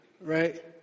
right